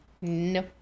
No